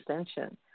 Extension